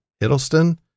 Hiddleston